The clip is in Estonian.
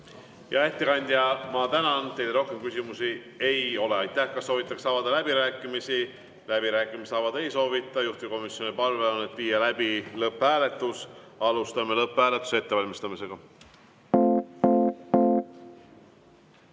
Hea ettekandja, ma tänan! Teile rohkem küsimusi ei ole. Aitäh! Kas soovitakse avada läbirääkimisi? Läbirääkimisi avada ei soovita. Juhtivkomisjoni palve on, et viia läbi lõpphääletus. Alustame lõpphääletuse ettevalmistamisega.